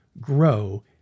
grow